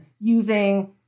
using